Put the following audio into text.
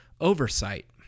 oversight